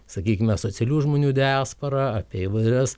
sakykime asocialių žmonių diasporą apie įvairias